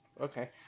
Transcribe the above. Okay